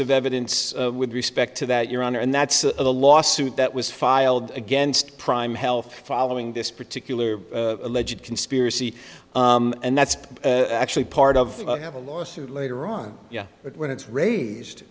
of evidence with respect to that your honor and that's a lawsuit that was filed against prime health following this particular alleged conspiracy and that's actually part of have a lawsuit later on yeah but when it's raised